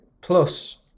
Plus